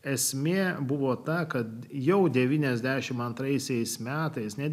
esmė buvo ta kad jau devyniasdešimt antraisiais metais net